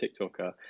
TikToker